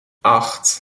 acht